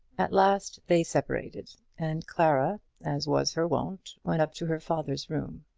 at last they separated, and clara, as was her wont, went up to her father's room.